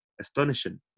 astonishing